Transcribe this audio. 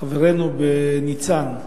חברינו בניצן.